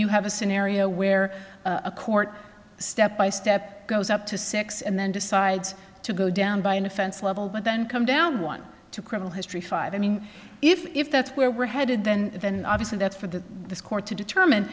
you have a scenario where a court step by step goes up to six and then decides to go down by an offense level but then come down one to criminal history five i mean if that's where we're headed then then obviously that's for the court to determine